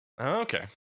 okay